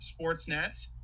Sportsnet